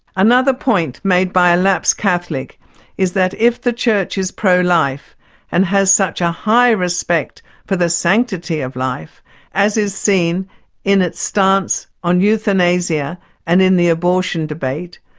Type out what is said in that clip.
another point made by a lapsed catholic is that if the church is pro-life and has such a high respect for the sanctity of life as is seen in its stance on euthanasia and in the abortion debate,